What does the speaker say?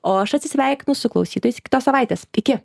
o aš atsisveikinu su klausytojais iki kitos savaitės iki